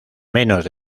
menos